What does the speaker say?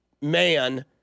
man